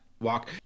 walk